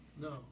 No